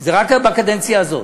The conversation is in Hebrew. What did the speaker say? זה רק בקדנציה הזאת.